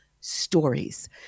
stories